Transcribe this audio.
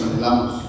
anhelamos